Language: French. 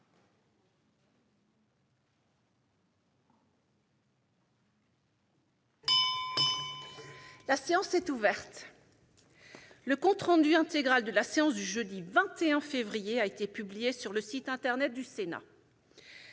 La séance est ouverte. Le compte rendu intégral de la séance du jeudi 21 février 2019 a été publié sur le site internet du Sénat.